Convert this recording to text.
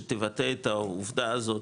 שתבטא את העובדה הזאת,